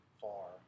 far